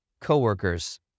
coworkers